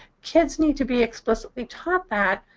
kids need to be explicitly taught that,